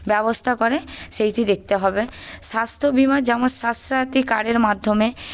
ব্যবস্থা করে সেইটি দেখতে হবে স্বাস্থ্য বীমা যেমন স্বাস্থ্যসাথী কার্ডের মাধ্যমে